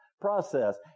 process